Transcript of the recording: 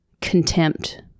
contempt